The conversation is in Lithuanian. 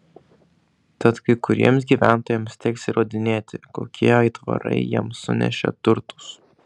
tad kai kuriems gyventojams teks įrodinėti kokie aitvarai jiems sunešė turtus